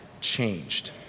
changed